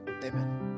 Amen